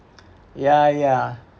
ya ya